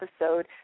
episode